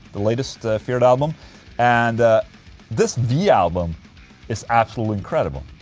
the latest feared album and this v album is absolutely incredible.